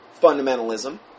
fundamentalism